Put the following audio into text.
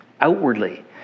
outwardly